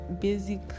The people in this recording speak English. basic